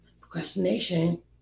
Procrastination